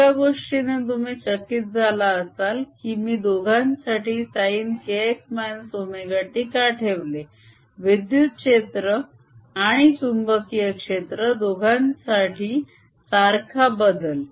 एका गोष्टीने तुम्ही चकीत झाला असाल की मी दोघांसाठी sin kx ωt का ठेवले - विद्युत क्षेत्र आणि चुंबकीय क्षेत्र दोघांसाठी सारखा बदल